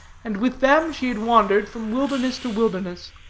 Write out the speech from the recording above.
and with them she had wandered from wilderness to wilderness,